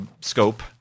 scope